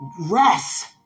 rest